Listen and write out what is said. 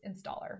installer